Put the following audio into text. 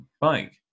bike